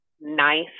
nice